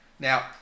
Now